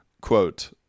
quote